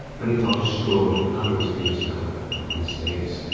many thought destroyed hundreds of years ago, but no, he stays.